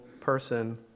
person